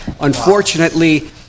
Unfortunately